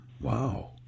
wow